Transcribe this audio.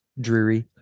dreary